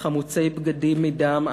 חמוצי בגדים מדם,